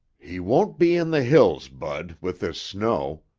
he won't be in the hills, bud, with this snow,